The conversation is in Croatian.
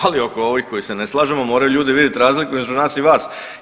Ali oko ovih kojih se ne slažemo moraju ljudi vidjeti razliku između nas i vas.